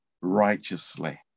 righteously